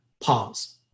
pause